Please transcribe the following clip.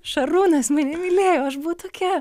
šarūnas mane mylėjo aš buvau tokia